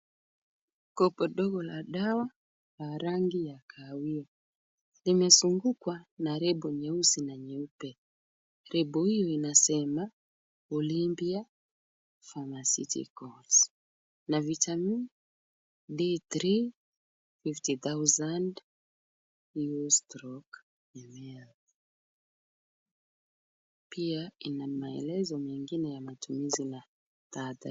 Kopo dogo la dawa la rangi ya kahawia, limezungukwa na lebo nyeusi na nyeupe. Lebo hiyo inasema Olympia Pharmacy Records na vitamin D350000U/ . Pia ina maelezo mengine ya matumizi.